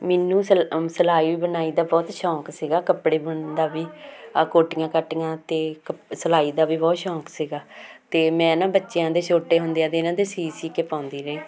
ਮੈਨੂੰ ਸ ਸਿਲਾਈ ਬੁਣਾਈ ਦਾ ਬਹੁਤ ਸ਼ੌਕ ਸੀਗਾ ਕੱਪੜੇ ਬੁਣਨ ਦਾ ਵੀ ਆਹ ਕੋਟੀਆਂ ਕਾਟੀਆਂ ਅਤੇ ਕੱਪ ਸਿਲਾਈ ਦਾ ਵੀ ਬਹੁਤ ਸ਼ੌਕ ਸੀਗਾ ਅਤੇ ਮੈਂ ਨਾ ਬੱਚਿਆਂ ਦੇ ਛੋਟੇ ਹੁੰਦਿਆਂ ਦੇ ਇਹਨਾਂ ਦੇ ਸੀ ਸੀ ਕੇ ਪਾਉਂਦੀ ਰਹੀ